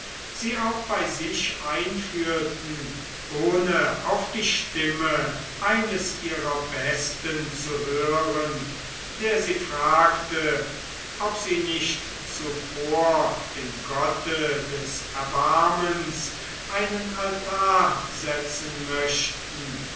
sie auch bei sich einführten ohne auf die stimme eines ihrer besten zu hören der sie fragte ob sie nicht zuvor dem gotte des erbarmens einen altar setzen möchten